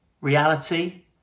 Reality